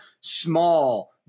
small